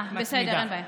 את, בסדר, אין בעיה.